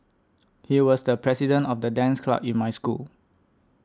he was the president of the dance club in my school